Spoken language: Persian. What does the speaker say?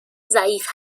ضعیف